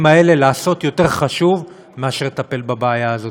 האלה לעשות מאשר לטפל בבעיה הזאת.